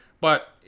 but-